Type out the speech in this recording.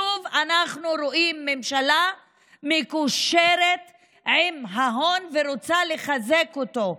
שוב אנחנו רואים ממשלה שמקושרת עם ההון ורוצה לחזק אותו.